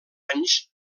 anys